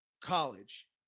college